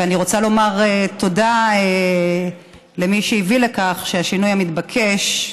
ואני רוצה לומר תודה למי שהביא לכך שהשינוי המתבקש,